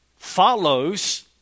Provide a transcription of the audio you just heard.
follows